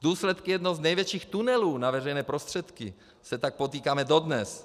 Důsledky jedno z největších tunelů na veřejné prostředky se tak potýkáme dodnes.